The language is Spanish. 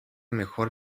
mejor